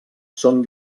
són